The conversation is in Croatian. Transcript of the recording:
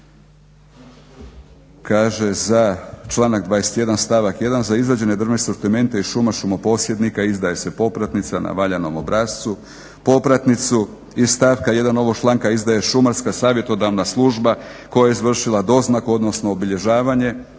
Kaže za članak 21. stavak 1.: "Za izrađene drvne sortimente i šuma šumoposjednika izdaje se popratnica na valjanom obrascu, popratnicu iz stavka 1. ovog članka izdaje šumarska savjetodavna služba koja je izvršila doznaku, odnosno obilježavanje